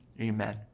amen